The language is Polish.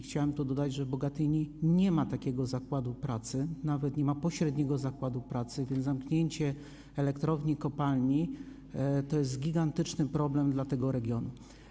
Chciałem dodać, że w Bogatyni nie ma takiego zakładu pracy, nie ma nawet pośredniego zakładu pracy, więc zamknięcie elektrowni i kopalni to gigantyczny problem dla tego regionu.